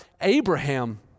Abraham